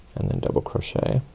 and then double crochet.